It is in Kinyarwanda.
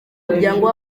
muryango